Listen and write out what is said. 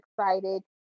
excited